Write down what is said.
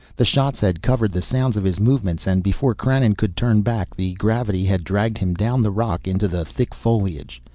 the shots had covered the sounds of his movements, and before krannon could turn back the gravity had dragged him down the rock into the thick foliage.